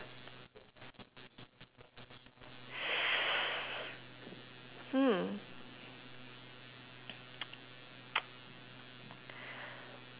hmm